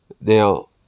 Now